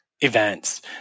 events